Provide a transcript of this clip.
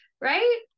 right